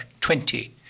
twenty